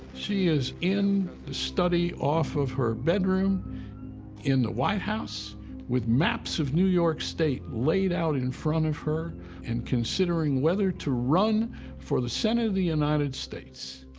she is in the study off of her bedroom in the white house with maps of new york state laid out in front of her and considering whether to run for the senate of the united states.